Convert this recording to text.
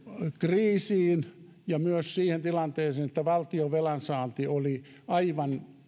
kriisiin ja myös siihen tilanteeseen että valtion velansaanti oli aivan